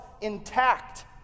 intact